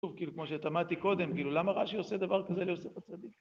כי כמו שתמהתי קודם, למה רש״י עושה דבר כזה ליוסף הצדיק?